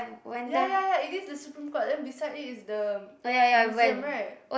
ya ya ya it is the Supreme Court then beside it is the Museum right